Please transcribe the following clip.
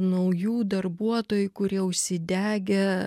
naujų darbuotojų kurie užsidegę